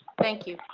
thank you.